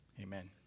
Amen